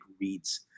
reads